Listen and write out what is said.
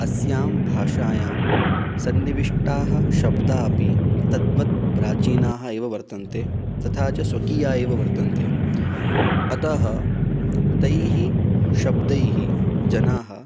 अस्यां भाषायां सन्निविष्टाः शब्दाः अपि तद्वत् प्राचीनाः एव वर्तन्ते तथा च स्वकीया एव वर्तन्ते अतः तैः शब्दैः जनाः